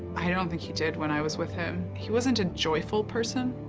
i don't um think he did when i was with him. he wasn't a joyful person.